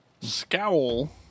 Scowl